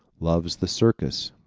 loves the circus